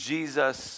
Jesus